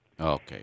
Okay